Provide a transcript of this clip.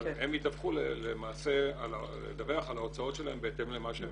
זה נכון אבל הם יצטרכו לדווח על ההוצאות שלהם בהתאם למה שהם מקבלים.